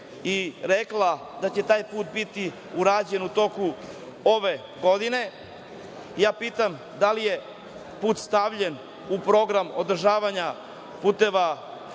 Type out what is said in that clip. i rekla da će taj put biti urađen u toku ove godine. Ja pitam da li je put stavljen u Program održavanja puteva